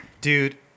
Dude